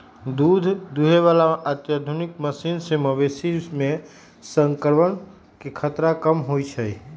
दूध दुहे बला आधुनिक मशीन से मवेशी में संक्रमण के खतरा कम होई छै